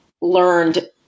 learned